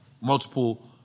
multiple